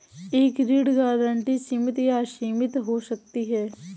एक ऋण गारंटी सीमित या असीमित हो सकती है